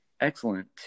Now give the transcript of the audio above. excellent